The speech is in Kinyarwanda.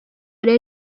rero